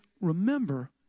Remember